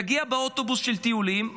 תגיע באוטובוס של טיולים,